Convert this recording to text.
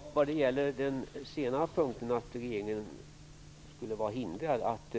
Fru talman! När det gäller den senare punkten, att regeringen skulle vara förhindrad att